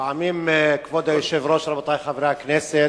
פעמים, כבוד היושב-ראש, רבותי חברי הכנסת,